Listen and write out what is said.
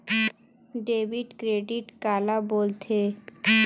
Debit credit काला बोल थे?